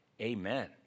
Amen